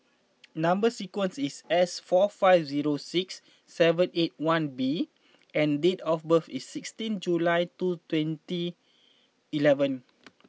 number sequence is S four five zero six seven eight one B and date of birth is sixteenth July two twenty eleven